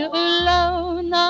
alone